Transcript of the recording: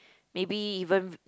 maybe even